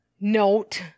note